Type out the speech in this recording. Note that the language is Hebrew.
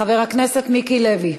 חבר הכנסת מיקי לוי,